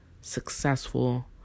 successful